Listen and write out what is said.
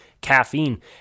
caffeine